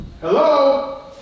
Hello